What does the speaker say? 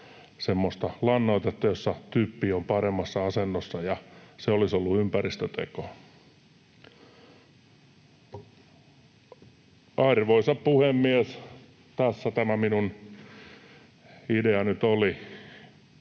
semmoista lannoitetta, jossa typpi on paremmassa asennossa, ja se olisi ollut ympäristöteko. Arvoisa puhemies! Tässä tämä minun ideani nyt oli.